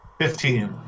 Fifteen